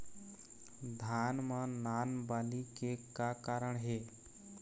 धान म नान बाली के का कारण हे?